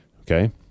Okay